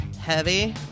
heavy